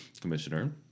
Commissioner